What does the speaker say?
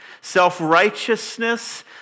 self-righteousness